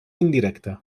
indirecte